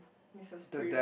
Mrs-Prym